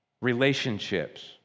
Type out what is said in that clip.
relationships